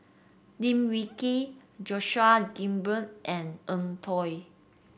Lim Wee Kiak Joseph Grimberg and Eng Tow